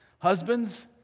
Husbands